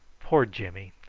poor jimmy!